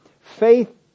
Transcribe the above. Faith